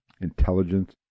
intelligence